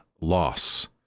loss